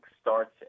starts